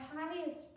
highest